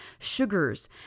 sugars